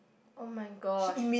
[oh]-my-gosh